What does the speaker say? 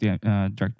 direct